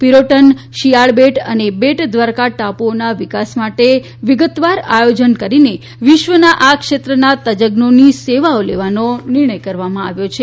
પિરોટન શિયાળ બેટ બેટ દ્વારકા ટાપુઓના વિકાસ માટે વિગતવાર આયોજન કરીને વિશ્વના આ ક્ષેત્રના તજજ્ઞોની સેવાઓ લેવાનો નિર્ણય કરવામાં આવ્યો છે